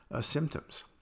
symptoms